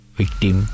victim